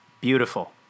Beautiful